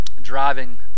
driving